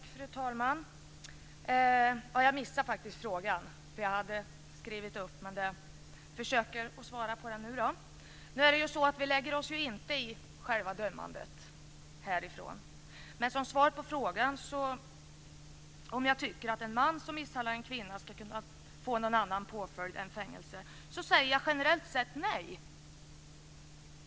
Fru talman! Jag missade den frågan - jag hade faktiskt skrivit upp den - men jag ska försöka att nu svara på den. Härifrån lägger vi oss ju inte i själva dömandet. Men som svar på frågan om jag tycker att en man som misshandlar en kvinna ska kunna få annan påföljd än fängelse säger jag: Generellt sett nej.